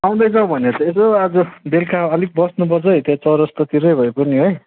आउँदैछ भने चाहिँ यसो आज बेलुका अलिक बस्नुपर्छ है त्यो चौरास्तातिरै भए पनि है